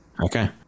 okay